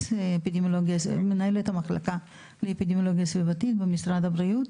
אני מנהלת את המחלקה לאפידמיולוגיה סביבתית במשרד הבריאות.